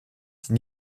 die